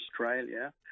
Australia